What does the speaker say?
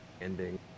ending